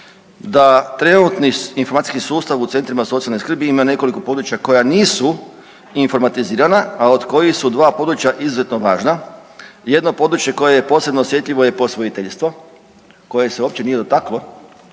da trenutni informacijski sustav u centrima socijalne skrbi ima nekoliko područja koja nisu informatizirana, a od kojih su dva područja izuzetno važna. Jedno područje koje je posebno osjetljivo je posvojiteljstvo koje se uopće nije dotaklo